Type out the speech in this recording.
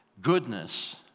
goodness